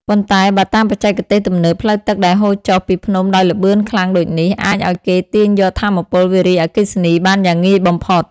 ប៉ុន្តែ បើតាមបច្ចេកទេសទំនើប ផ្លូវទឹកដែលហូរចុះពីភ្នំដោយល្បឿនខ្លាំងដូចនេះ អាចឱ្យគេទាញយកថាមពលវារីអគ្គិសនីបានយ៉ាងងាយបំផុត។